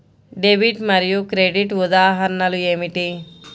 Debit మరియు credit ఉదాహరణలు ఏమిటీ?